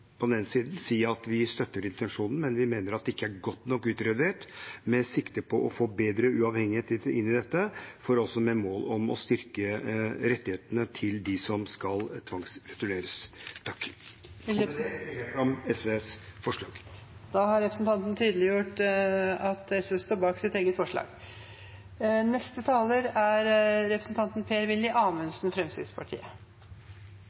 at vi på den ene siden støtter intensjonen, men at vi mener at dette ikke er godt nok utredet med sikte på å få bedre uavhengighet inn i det, med mål om å styrke rettighetene til dem som skal tvangsreturneres. Med det legger jeg fram SVs forslag. Representanten Petter Eide har tatt opp det forslaget han refererte til. Jeg oppfatter ikke at det er